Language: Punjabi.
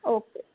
ਨੂੰ ਵੀਰੋ